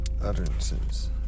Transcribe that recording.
utterances